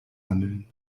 handeln